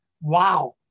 wow